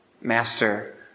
Master